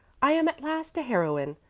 i am at last a heroine,